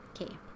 Okay